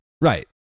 Right